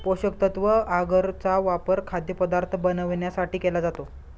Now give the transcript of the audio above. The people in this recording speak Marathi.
पोषकतत्व आगर चा वापर खाद्यपदार्थ बनवण्यासाठी केला जातो